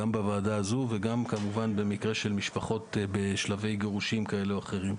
גם בוועדה הזו וגם במקרה של משפחות בשלבי גירושין כאלה או אחרים.